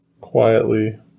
quietly